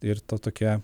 ir ta tokia